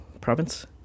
province